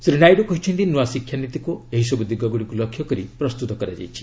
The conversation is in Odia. ଶ୍ରୀ ନାଇଡୁ କହିଛନ୍ତି ନୂଆ ଶିକ୍ଷା ନୀତିକୁ ଏହିସବୁ ଦିଗ ଗୁଡ଼ିକୁ ଲକ୍ଷ୍ୟ କରି ପ୍ରସ୍ତୁତ କରାଯାଇଛି